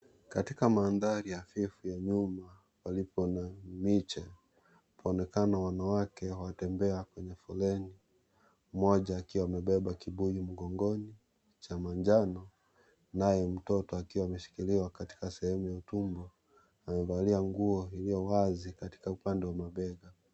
Katika mandhari hafifu ya nyuma palipo na miche panaonekana wanawake wanaotembea kwenye foleni. Mmoja akiwa amebeba kibuyu mgongoni cha manjano, naye mtoto akiwa ameshikiliwa katika sehemu ya utumbo, amevalia nguo ilyowazi katika upande wa mabega.